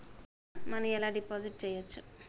Money ఎలా deposit చేయచ్చు?